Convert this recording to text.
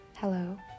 Hello